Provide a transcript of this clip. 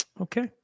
Okay